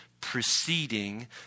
preceding